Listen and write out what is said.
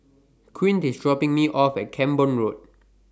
Quint IS dropping Me off At Camborne Road